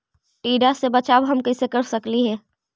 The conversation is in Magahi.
टीडा से बचाव हम कैसे कर सकली हे?